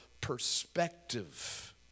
perspective